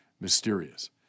mysterious